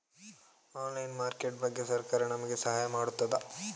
Online market ಬಗ್ಗೆ ಸರಕಾರ ನಮಗೆ ಸಹಾಯ ಮಾಡುತ್ತದೆ?